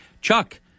Chuck